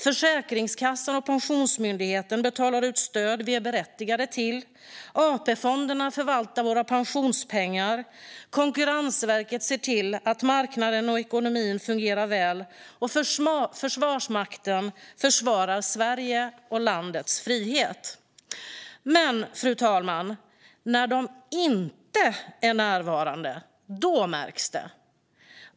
Försäkringskassan och Pensionsmyndigheten betalar ut stöd vi är berättigade till. AP-fonderna förvaltar våra pensionspengar, Konkurrensverket ser till att marknaden och ekonomin fungerar väl och Försvarsmakten försvarar Sverige och landets frihet. Men, fru talman, när de inte är närvarande märks det.